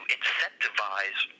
incentivize